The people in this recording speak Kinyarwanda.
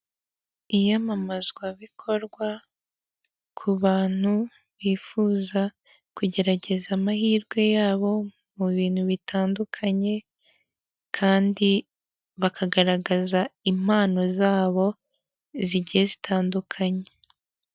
Iyamamazwabikorwa ku bantu bifuza kugerageza amahirwe yabo mu bintu bitandukanye kandi bakagaragaza impano zabo zigiye zitandukanye.